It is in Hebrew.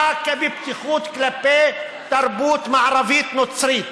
עם הפתיחות כלפי תרבות מערבית נוצרית,